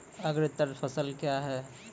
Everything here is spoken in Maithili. अग्रतर फसल क्या हैं?